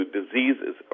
diseases